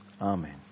Amen